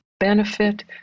benefit